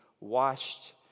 washed